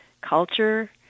culture